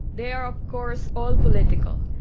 they are of course all political.